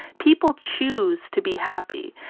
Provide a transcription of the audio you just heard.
people choose to be happy.